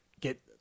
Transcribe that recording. get